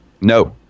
No